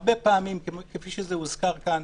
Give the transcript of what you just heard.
הרבה פעמים, כפי שהוזכר כאן,